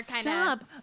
stop